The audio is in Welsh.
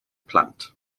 plant